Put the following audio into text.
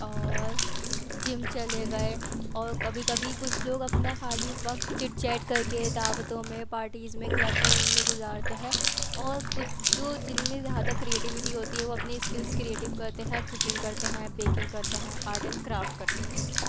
اور جم چلے گئے اور کبھی کبھی کچھ لوگ اپنا خالی وقت چٹ چیٹ کر کے دعوتوں میں پارٹیز میں کلب میں ان میں گزارتے ہیں اور کچھ جو جن میں زیادہ کریٹیوٹی ہوتی ہے وہ اپنی اسکلس کریئیٹو کرتے ہیں کوکنگ کرتے ہیں بیکنگ کرتے ہیں آرٹ اینڈ کرافٹ کرتے ہیں